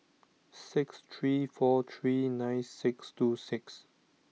six three four three nine six two six